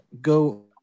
go